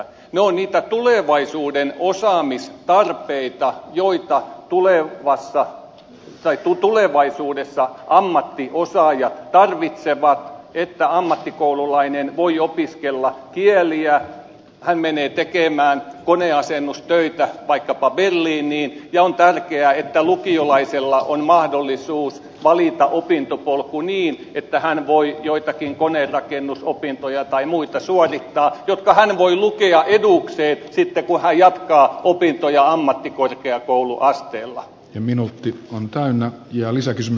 ne asiat ovat niitä tulevaisuuden osaamistarpeita joita tulevaisuudessa ammattiosaajat tarvitsevat että ammattikoululainen voi opiskella kieliä hän menee tekemään koneasennustöitä vaikkapa berliiniin ja on tärkeää että lukiolaisella on mahdollisuus valita opintopolku niin että hän voi suorittaa joitakin koneenrakennusopintoja tai muita jotka hän voi lukea edukseen sitten kun hän jatkaa opintoja ammattikorkeakouluasteella minuutti kun taina ja lisäksi sm